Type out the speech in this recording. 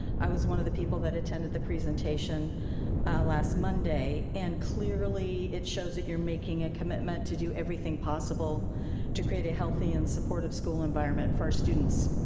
i was one of the people that attended the presentation last monday and clearly it shows that you're making a commitment to do everything possible to create a healthy and supportive school environment for our students.